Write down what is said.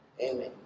Amen